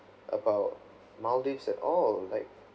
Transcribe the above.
about maldives at all like